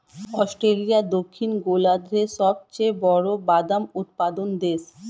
Australia দক্ষিণ গোলার্ধের সবচেয়ে বড় বাদাম উৎপাদক দেশ